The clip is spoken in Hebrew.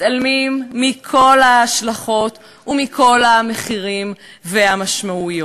מתעלמים מכל ההשלכות ומכל המחירים והמשמעויות.